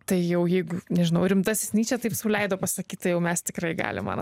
tai jau jeigu nežinau rimtasis nyčė taip sau leido pasakyt tai jau mes tikrai galim man